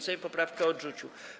Sejm poprawkę odrzucił.